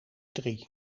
drie